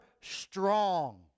strong